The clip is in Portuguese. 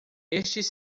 estes